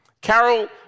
Carol